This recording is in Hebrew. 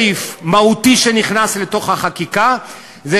דילמה מאוד קשה עם החקיקה הזאת.